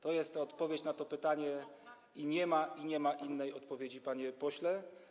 To jest odpowiedź na to pytanie i nie ma innej odpowiedzi, panie pośle.